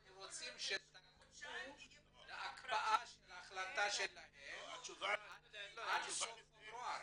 אנחנו רוצים שתקפיאו את ההחלטה שלכם עד סוף פברואר.